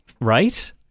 Right